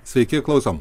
sveiki klausom